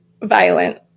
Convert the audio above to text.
violent